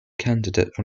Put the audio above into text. candidate